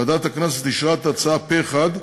ועדת הכנסת אישרה את ההצעה פה-אחד.